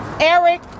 Eric